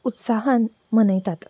उत्साहान मनयतात